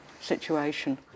situation